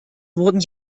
wurden